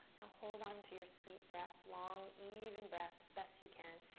hold onto your sweet breath, long, even breath as best you can.